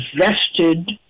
invested